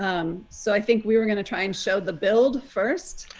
um so i think we are going to try. and so the build first.